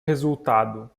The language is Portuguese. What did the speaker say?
resultado